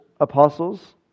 apostles